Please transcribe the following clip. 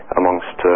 amongst